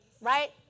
right